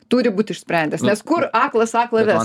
turi būti išsprendęs nes kur aklas aklą ves